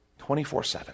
24-7